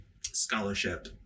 scholarship